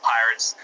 Pirates